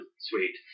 sweet